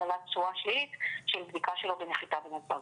לקבלת תשובה שלילית של בדיקה שלו בנחיתה בנתב"ג.